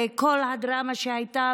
וכל הדרמה שהייתה,